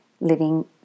living